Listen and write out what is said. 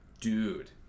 dude